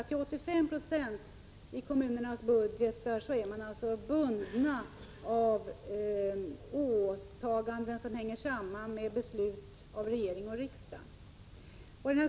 Till 85 26 är kommunernas budgetar bundna av åtaganden som hänger samman med beslut av regering och riksdag.